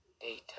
data